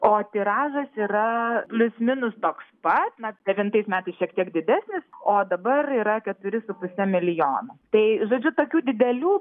o tiražas yra plius minus toks pat na devintais metais šiek tiek didesnis o dabar yra keturi su puse milijono tai žodžiu tokių didelių